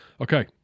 Okay